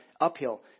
uphill